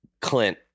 Clint